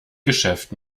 geschäft